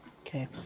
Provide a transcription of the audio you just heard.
Okay